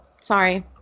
Sorry